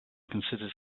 considers